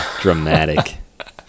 dramatic